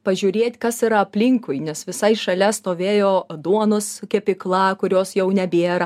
pažiūrėt kas yra aplinkui nes visai šalia stovėjo duonos kepykla kurios jau nebėra